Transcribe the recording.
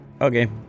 Okay